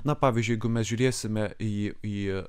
na pavyzdžiui jeigu mes žiūrėsime į į